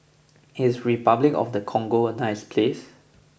is Repuclic of the Congo a nice place